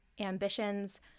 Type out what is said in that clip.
ambitions